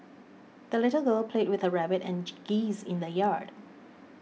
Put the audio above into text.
the little girl played with her rabbit and geese in the yard